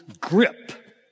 grip